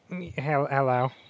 Hello